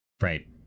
right